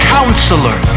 Counselor